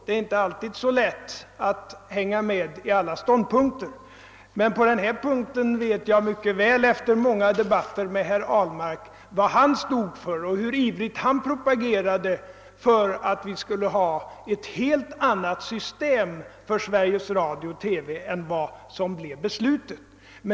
Det är inte alltid så lätt att hänga med i alla ståndpunkter, men på den här punkten vet jag mycket väl efter många diskussioner med herr Ahlmark vad han stod för och hur ivrigt han propagerade för att vi skulle ha ett helt annat system för radio och TV än vad som blev beslutat.